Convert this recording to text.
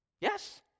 Yes